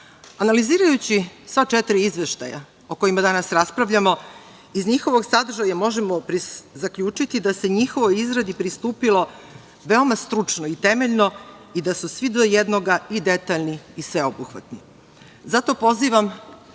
analizirajući sva četiri izveštaja o kojima danas raspravljamo, iz njihovog sadržaja možemo zaključiti da se njihovoj izradi pristupilo veoma stručno i temeljno i da su svi do jednoga i detaljni i sveobuhvatni. Zato pozivam